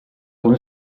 con